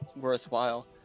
worthwhile